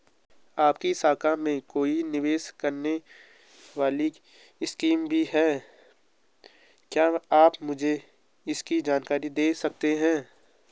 आपकी शाखा में कोई निवेश करने वाली स्कीम भी है क्या आप मुझे इसकी जानकारी दें सकते हैं?